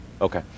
Okay